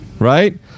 Right